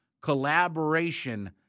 collaboration